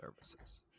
services